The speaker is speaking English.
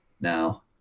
now